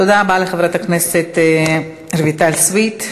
תודה רבה לחברת הכנסת רויטל סויד.